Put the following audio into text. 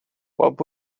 what